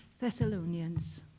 Thessalonians